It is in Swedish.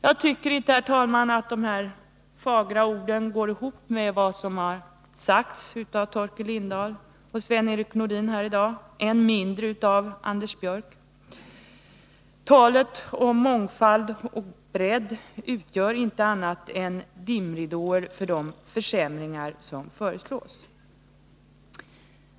Jag tycker inte, herr talman, att dessa fagra ord går ihop med vad som sagts av Torkel Lindahl och Sven-Erik Nordin här i dag, än mindre med vad Anders Björck sade. Talet om mångfald och bredd utgör inte annat än dimridåer för de försämringar som föreslås.